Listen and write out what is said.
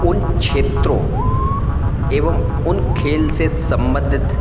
उन क्षेत्रों एवं उन खेल से सम्बंधित